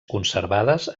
conservades